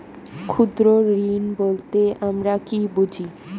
ক্ষুদ্র ঋণ বলতে আমরা কি বুঝি?